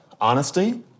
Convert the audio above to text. honesty